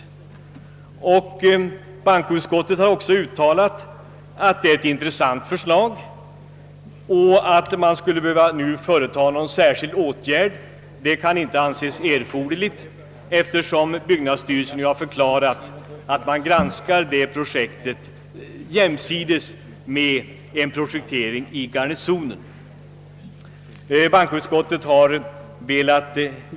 Bankoutskottet har också uttalat att det är ett intressant förslag men att nu företa någon särskild åtgärd från riksdagens sida anses inte erforderligt, eftersom byggnadsstyrelsen förklarat att projektet granskas jämsides med projekteringen av kvarteret Garnisonen.